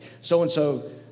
So-and-so